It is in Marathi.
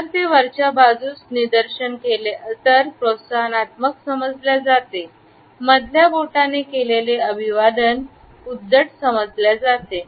जर ते वरच्या बाजूस निदर्शन केले तर प्रोत्साहनात्मक समजल्या जाते मधल्या बोटाने केलेले अभिवादन उद्धट समजल्या जाते